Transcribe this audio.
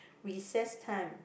recess time